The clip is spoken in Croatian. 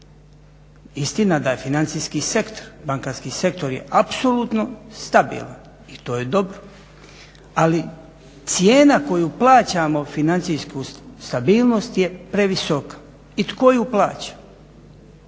Istina da je financijski sektor, bankarski sektor je apsolutno stabilan i to je dobro. Ali cijena koju plaćamo financijsku stabilnost je previsoka. I tko ju plaća?